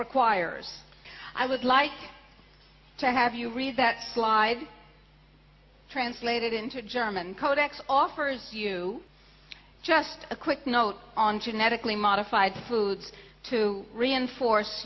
requires i would like to have you read that clive translated into german codex offers you just a quick note on genetically modified foods to reinforce